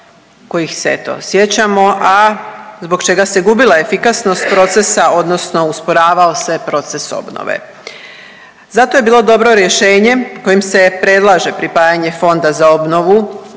kojih se eto sjećamo, a zbog čega se gubila efikasnost procesa odnosno usporavao se proces obnove. Zato je bilo dobro rješenje kojim se predlaže pripajanje Fonda za obnovu